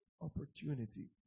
opportunity